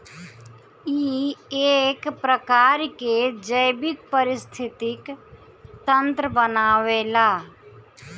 इ एक प्रकार के जैविक परिस्थितिक तंत्र बनावेला